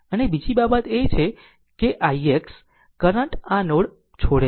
અને બીજી બાબત એ છે કે ix કરંટ આ નોડ છોડે છે